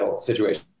situation